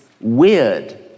weird